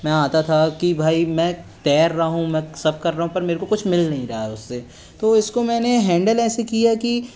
में आता था कि भाई में तैर रहा हूँ मैं सब कर रहा हूँ पर मेरे को कुछ मिल नहीं रहा है उससे तो इसको मैंने हैंडल ऐसे किया की